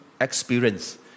experience